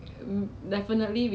变得更安静 uh